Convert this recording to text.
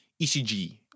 ECG